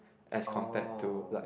as compared to like